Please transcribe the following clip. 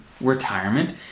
retirement